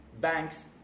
banks